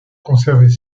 conserver